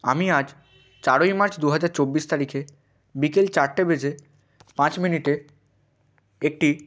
আমি আজ চারই মার্চ দু হাজার চব্বিশ তারিখে বিকেল চারটে বেজে পাঁচ মিনিটে একটি